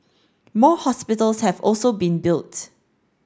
more hospitals have also been built